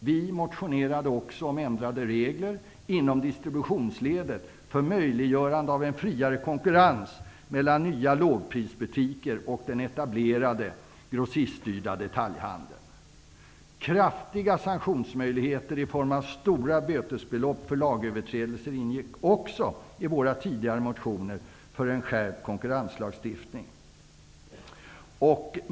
Vi motionerade också om ändrade regler inom distributionsledet för möjliggörande av en friare konkurrens mellan nya lågprisbutiker och den etablerade, grossiststyrda detaljhandeln. Kraftiga sanktionsmöjligheter i form av stora bötesbelopp för lagöverträdelser ingick också i våra tidigare motioner för en skärpt konkurrenslagstiftning.